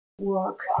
work